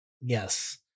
Yes